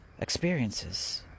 experiences